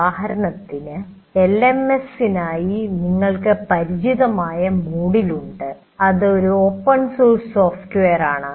ഉദാഹരണത്തിന് എൽഎംഎസിനായി നിങ്ങൾക്ക് പരിചിതമായ MOODLE ഉണ്ട് അത് ഒരു ഓപ്പൺ സോഴ്സ് സോഫ്റ്റ്വെയറാണ്